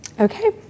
Okay